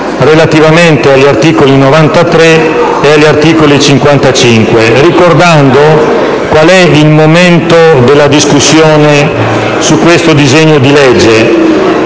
relativamente agli articoli 93 e 55, ricordando in quale momento della discussione su questo disegno di legge